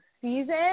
season